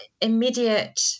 immediate